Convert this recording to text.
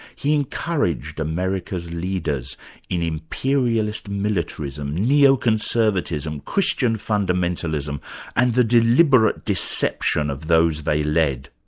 he encouraged america's leaders in imperialist militarism, neo-conservatism, christian fundamentalism and the deliberate deception of those they led.